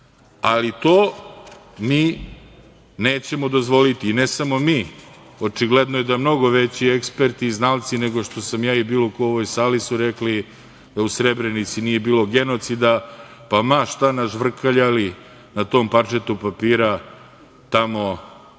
ali to mi nećemo dozvoliti. I ne samo mi, očigledno je da mnogo veći eksperti i znalci nego što sam ja i bilo ko u ovoj sali su rekli da u Srebrenici nije bilo genocida, pa ma šta nažvrkljali na tom parčetu papira tamo u